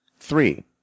three